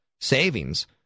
savings